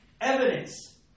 evidence